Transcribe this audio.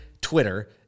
Twitter